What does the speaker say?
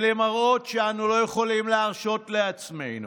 אלה מראות שאנו לא יכולים להרשות לעצמנו.